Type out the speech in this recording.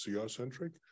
CR-centric